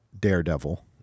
Daredevil